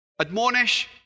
admonish